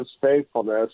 faithfulness